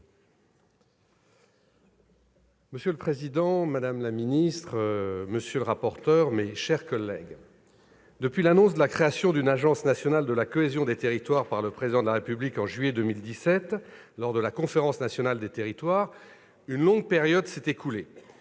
Monsieur le président, madame la ministre, monsieur le rapporteur, mes chers collègues, depuis l'annonce de la création d'une agence nationale de la cohésion des territoires par le Président de la République en juillet 2017, lors de la Conférence nationale des territoires, une longue période s'est écoulée.